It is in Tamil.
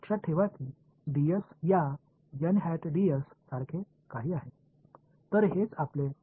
dS dl ஆக மாறும் எனவே இது dS தவிர வேறொன்றுமில்லை